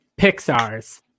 Pixar's